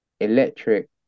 electric